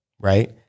right